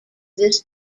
this